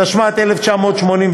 התשמ"ט 1989,